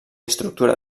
estructura